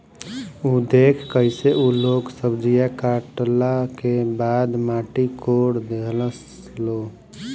उ देखऽ कइसे उ लोग सब्जीया काटला के बाद माटी कोड़ देहलस लो